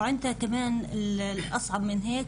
חופש התנועה שלה מאוד מוגבל,